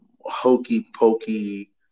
hokey-pokey